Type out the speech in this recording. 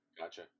Gotcha